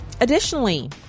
Additionally